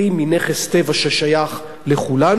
מנכס טבע ששייך לכולנו,